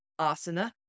asana